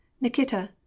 Nikita